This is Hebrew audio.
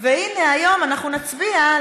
והינה היום אנחנו נצביע,